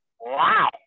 Wow